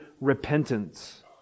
repentance